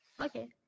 okay